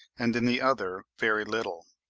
and in the other very little.